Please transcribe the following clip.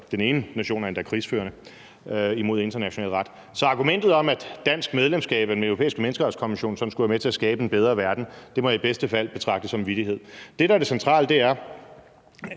Den ene nation er endda krigsførende imod international ret. Så argumentet om, at dansk medlemskab af Den Europæiske Menneskerettighedskonvention skulle være med til at skabe en bedre verden, må i bedste fald betragtes som en vittighed. Det, der er det centrale, er,